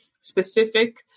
specific